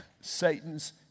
Satan's